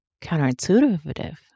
counterintuitive